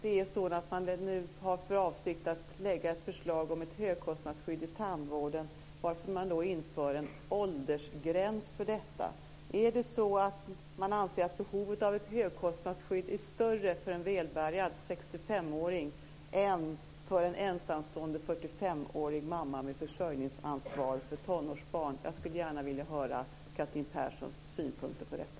När man nu har för avsikt att lägga fram ett förslag om ett högkostnadsskydd i tandvården undrar jag varför man inför en åldersgräns för detta. Anser man att behovet av ett högkostnadsskydd är större för en välbärgad 65-åring än för en ensamstående 45-årig mamma med försörjningsansvar för tonårsbarn? Jag skulle gärna vilja höra Catherine Perssons synpunkter på detta.